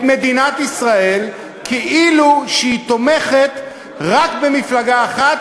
מדינת ישראל כאילו היא תומכת רק במפלגה אחת,